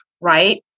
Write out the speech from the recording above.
right